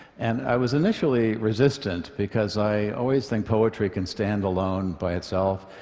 and i was initially resistant, because i always think poetry can stand alone by itself.